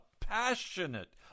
passionate